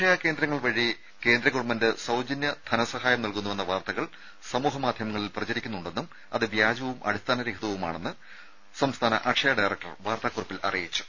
രേര അക്ഷയകേന്ദ്രങ്ങൾ വഴി കേന്ദ്ര ഗവൺമെന്റ് സൌജന്യ ധനസഹായം നൽകുന്നുവെന്ന വാർത്തകൾ സമൂഹ മാധ്യമങ്ങളിൽ പ്രചരിക്കുന്നുണ്ടെന്നും അത് വ്യാജവും അടിസ്ഥാന രഹിതവുമാണെന്ന് സംസ്ഥാന അക്ഷയ ഡയറക്ടർ വാർത്താ കുറിപ്പിൽ അറിയിച്ചു